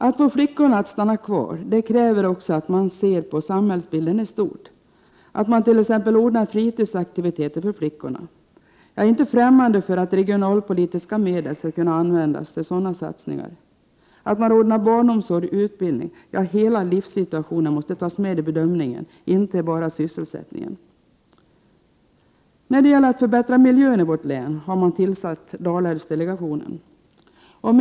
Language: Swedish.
Att få flickorna att stanna kvar kräver att man ser på samhällsbilden i stort, att man t.ex. ordnar fritidsaktiviteter för flickorna. Jag är inte främmande för att regionalpolitiska medel skall användas till sådana satsningar, att man ordnar barnomsorg och utbildning. Ja, hela livssituationen måste tas med i bedömningen, inte bara sysselsättningen. För att förbättra miljön i vårt län har Dalälvsdelegationen tillsatts.